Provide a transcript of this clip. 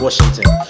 Washington